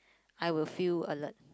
I will feel alert